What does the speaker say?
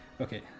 okay